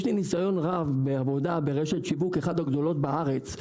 יש לי ניסיון רב בעבודה ברשת שיווק אחת הגדולות בארץ,